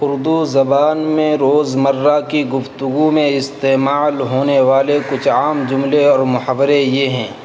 اردو زبان میں روزمرہ کی گفتگو میں استعمال ہونے والے کچھ عام جملے اور محاورے یہ ہیں